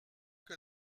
que